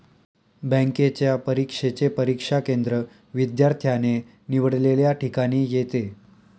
बँकेच्या परीक्षेचे परीक्षा केंद्र विद्यार्थ्याने निवडलेल्या ठिकाणी येते